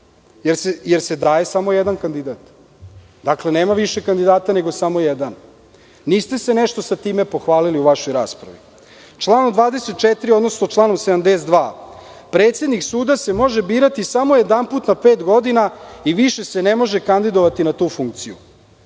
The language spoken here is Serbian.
jer se daje samo jedan kandidat. Dakle, nema više kandidata, nego samo jedan. Niste se nešto sa time pohvalili u vašoj raspravi. Članom 24. odnosno 72. predsednik suda se može birati samo jedanput u pet godina i više se ne može kandidovati na tu funkciju,